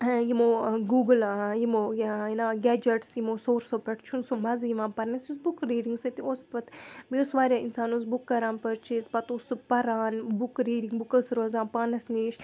آ یِمو گوٗگُل یِمو گیجَٹٕس یِمو سُورسو پؠٹھ چھُنہٕ سُہ مَزٕ یِوان پَرنَس یُس بُک ریٖڈِنٛگ سٟتۍ اوس پَتہٕ بیٚیہِ اوس واریاہ اِنسانَس بُک کران پٔرچیز پَتہٕ اوس سُہ پران بُک ریٖڈِنٛگ بُکُس روزان پانَس نِش